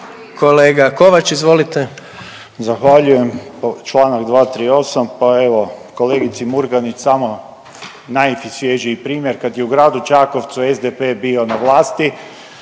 Stjepan (HSS)** Zahvaljujem. Članak 238., pa evo kolegici Murganić samo najsvježiji primjer kad je u gradu Čakovcu SDP bio na vlasti